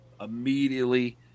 immediately